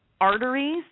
arteries